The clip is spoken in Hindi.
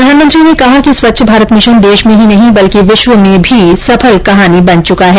प्रधानमंत्री ने कहा कि स्वच्छ भारत मिशन देश में ही नहीं बल्कि विश्व में भी सफल कहानी बन चुका है